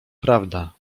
prawda